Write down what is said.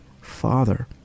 Father